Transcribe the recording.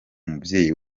mubyeyi